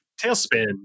Tailspin